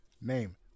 Name